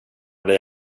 dig